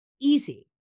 easy